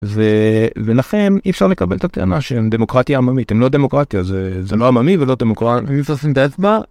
ו.. ולכן אי אפשר לקבל את הטענה שהם דמוקרטיה עממית, הם לא דמוקרטיה, זה לא עממי ולא דמוקרטי. אם לשים את האצבע